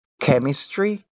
Chemistry